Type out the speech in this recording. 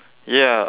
ya